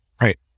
Right